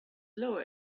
lower